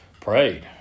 prayed